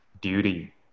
duty